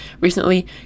recently